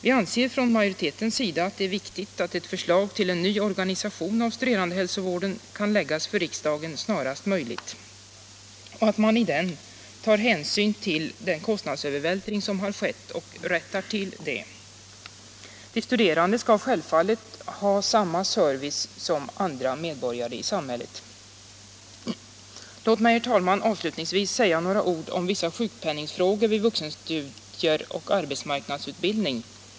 Vi anser från utskottsmajoritetens sida att det är viktigt att ett förslag till ny organisation av studerandehälsovården kan läggas fram för riksdagen snarast möjligt och att man i det tar hänsyn till den kostnadsövervältring som har skett och gör en annorlunda bidragskonstruktion. De studerande skall självfallet ha samma service som andra medborgare i samhället. Låt mig, herr talman, avslutningsvis säga några ord om vissa sjukpenningfrågor vid vuxenstudier och arbetsmarknadsutbildning.